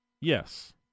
Yes